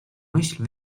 myśl